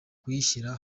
kuyishyira